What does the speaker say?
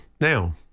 now